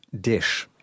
Dish